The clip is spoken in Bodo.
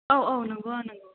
औ औ नंगौ आं नंगौ